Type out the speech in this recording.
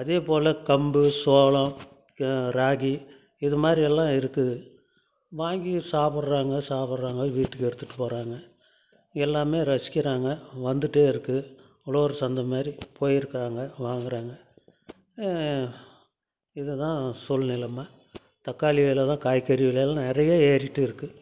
அதேப்போல் கம்பு சோளம் ராகி இதுமாதிரி எல்லாம் இருக்குது வாங்கி சாப்பிட்றவங்க சாப்பிட்றாங்க வீட்டுக்கு எடுத்துட்டு போகிறாங்க எல்லாமே ரசிக்கிறாங்க வந்துட்டும் இருக்குது உழவர் சந்தை மாதிரி போயிருக்காங்க வாங்கிறாங்க இதுதான் சூழ்நிலைம தக்காளி விலைதான் காய்கறி விலைலாம் நிறைய ஏறிகிட்டு இருக்குது